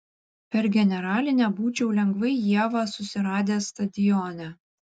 per generalinę būčiau lengvai ievą susiradęs stadione